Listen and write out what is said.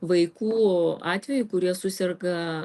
vaikų atveju kurie suserga